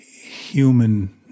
human